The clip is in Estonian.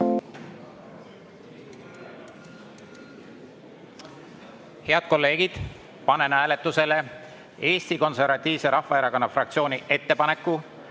Head kolleegid, panen hääletusele Eesti Konservatiivse Rahvaerakonna fraktsiooni ettepaneku